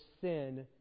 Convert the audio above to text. sin